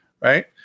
right